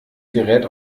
gerät